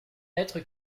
lettre